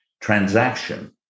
transaction